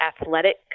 athletic